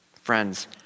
Friends